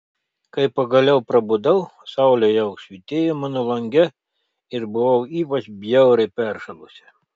kai pagaliau prabudau saulė jau švytėjo mano lange ir buvau ypač bjauriai peršalusi